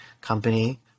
company